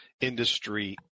industry